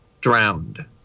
drowned